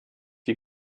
die